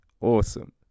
awesome